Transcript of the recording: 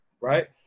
right